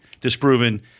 disproven